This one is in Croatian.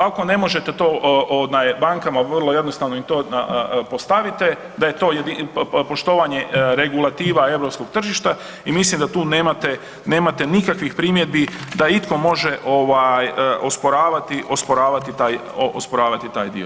Ako ne možete to bankama vrlo jednostavno im to postavite da je to poštovanje regulativa europskog tržišta i mislim da tu nemate nikakvih primjedbi da itko može osporavati taj dio.